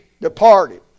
departed